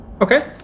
Okay